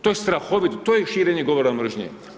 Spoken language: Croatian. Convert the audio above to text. To je strahovit, to je širenje govora mržnje.